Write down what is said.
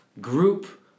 group